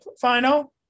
final